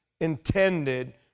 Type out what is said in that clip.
intended